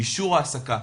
אישור העסקה,